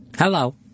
Hello